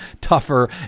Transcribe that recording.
tougher